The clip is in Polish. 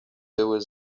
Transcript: były